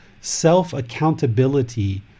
self-accountability